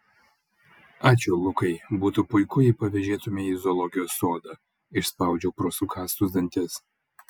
ačiū lukai būtų puiku jei pavėžėtumei į zoologijos sodą išspaudžiau pro sukąstus dantis